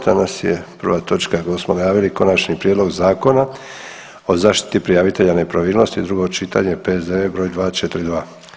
Danas je prva točka koju smo najavili: - Konačni prijedlog Zakona o zaštiti prijavitelja nepravilnosti, drugo čitanje, P.Z.E. br. 242.